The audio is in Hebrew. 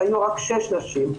שהיו רק שש נשים.